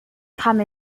come